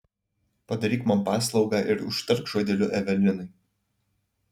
padaryk man paslaugą ir užtark žodeliu evelinai